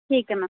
ਠੀਕ ਹੈ ਮੈਮ